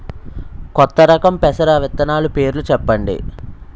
కొత్త రకం పెసర విత్తనాలు పేర్లు చెప్పండి?